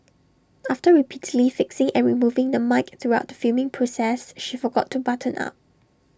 after repeatedly fixing and removing the mic throughout the filming process she forgot to button up